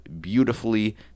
beautifully